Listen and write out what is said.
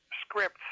scripts